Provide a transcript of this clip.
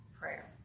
prayer